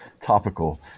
topical